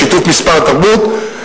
בשיתוף משרד התרבות.